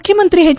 ಮುಖ್ಯಮಂತ್ರಿ ಎಚ್